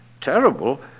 terrible